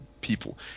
people